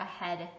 ahead